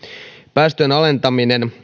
päästöjen alentaminen